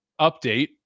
update